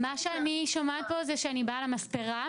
מה שאני שומעת פה אני באה למספרה,